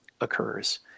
occurs